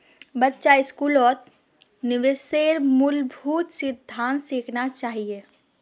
बच्चा स्कूलत निवेशेर मूलभूत सिद्धांत सिखाना चाहिए